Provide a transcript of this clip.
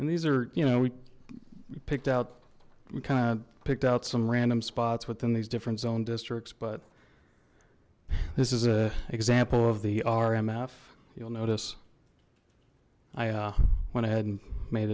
and these are you know we picked out we kind of picked out some random spots within these different zone districts but this is a example of the rmf you'll notice i went ahead and made